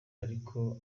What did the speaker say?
ariko